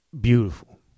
Beautiful